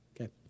Okay